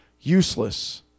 useless